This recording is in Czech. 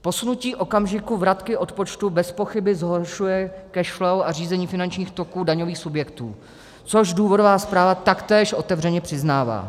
Posunutí okamžiku vratky odpočtu bezpochyby zhoršuje cash flow a řízení finančních toků daňových subjektů, což důvodová zpráva taktéž otevřeně přiznává.